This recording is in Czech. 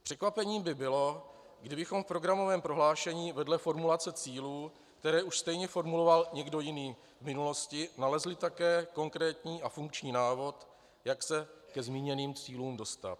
Překvapení by bylo, kdybychom v programovém prohlášení vedle formulace cílů, které už stejně formuloval někdo jiný v minulosti, nalezli také konkrétní a funkční návod, jak se ke zmíněným cílům dostat.